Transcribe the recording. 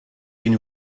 une